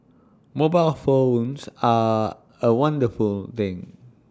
mobile phones are A wonderful things